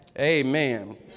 Amen